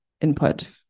input